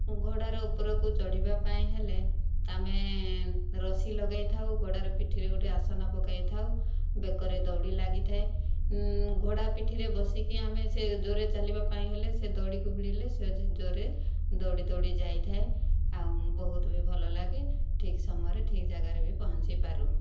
ଘୋଡ଼ାର ଉପରକୁ ଚଢ଼ିବା ପାଇଁ ହେଲେ ଆମେ ରସି ଲଗାଇଥାଉ ଘୋଡ଼ାର ପିଠିରେ ଗୋଟିଏ ଆସନ ପକାଇଥାଉ ବେକରେ ଦଉଡ଼ି ଲାଗିଥାଏ ଘୋଡ଼ା ପିଠିରେ ବସିକି ଆମେ ସେ ଜୋରରେ ଚାଲିବା ପାଇଁ ହେଲେ ସେ ଦଉଡ଼ିକୁ ଭିଡ଼ିଲେ ସେ ଜୋରରେ ଦୌଡ଼ି ଦୌଡ଼ି ଯାଇଥାଏ ଆଉ ବହୁତ ବି ଭଲ ଲାଗେ ଠିକ୍ ସମୟରେ ଠିକ୍ ଯାଗାରେ ବି ପହଞ୍ଚିପାରୁ